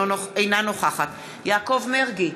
אינה נוכחת יעקב מרגי,